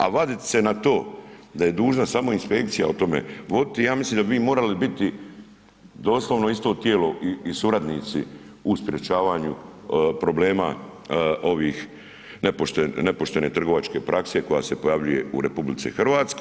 A vadit se na to da je dužna samo inspekcija o tome voditi ja mislim da bi vi morali biti doslovno isto tijelo i suradnici u sprječavanju problema ovih nepoštene trgovačke prakse koja se pojavljuje u RH.